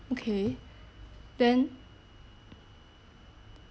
okay then